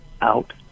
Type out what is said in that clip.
out